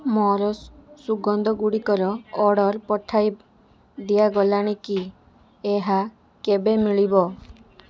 ମୋର ସୁଗନ୍ଧଗୁଡ଼ିକର ଅର୍ଡ଼ର୍ ପଠାଇ ଦିଆଗଲାଣି କି ଏହା କେବେ ମିଳିବ